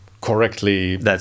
correctly